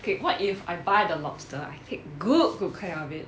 okay what if I buy the lobster I take good good care of it